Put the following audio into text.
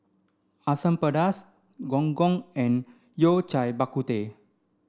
Asam Pedas Gong Gong and Yao Cai Bak Kut Teh